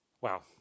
wow